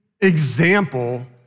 example